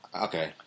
Okay